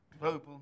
global